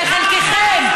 חלקכם,